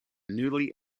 newly